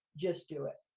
just do it.